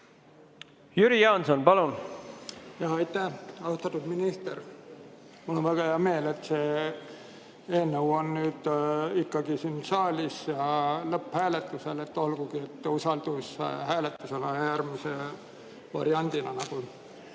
Jüri Jaanson, palun! Aitäh! Austatud minister! Mul on väga hea meel, et see eelnõu on nüüd ikkagi siin saalis ja lõpphääletusel, olgugi et usaldushääletusel äärmise variandina.